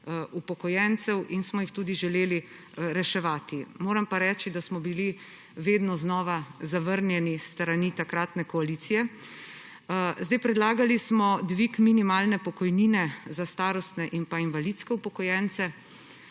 upokojencev in smo jih tudi želeli reševati. Moram pa reči, da smo bili vedno znova zavrnjeni s strani takratne koalicije. Predlagali smo dvig minimalne pokojnine za starostne in invalidske upokojence,